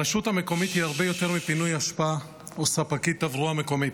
הרשות המקומית היא הרבה יותר מפינוי אשפה או ספקית תברואה מקומית.